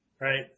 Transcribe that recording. right